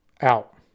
out